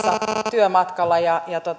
työmatkalla ja ja